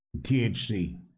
THC